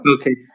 Okay